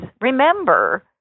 Remember